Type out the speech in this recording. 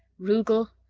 rugel,